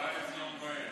ובא לציון גואל.